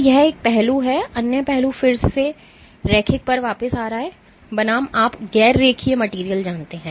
तो यह एक पहलू है अन्य पहलू फिर से रैखिक पर वापस आ रहा है बनाम आप गैर रेखीय मटेरियल जानते हैं